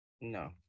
no